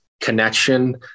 connection